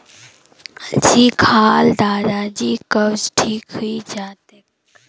अलसी खा ल दादाजीर कब्ज ठीक हइ जा तेक